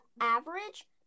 average